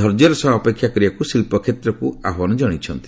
ଧୈର୍ଯ୍ୟର ସହ ଅପେକ୍ଷା କରିବାକୁ ଶିଳ୍ପକ୍ଷେତ୍ରକୁ ଆହ୍ୱାନ ଜଣାଇଛନ୍ତି